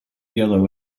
yellow